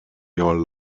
your